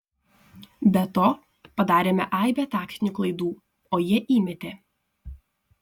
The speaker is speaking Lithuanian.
be to padarėme aibę taktinių klaidų o jie įmetė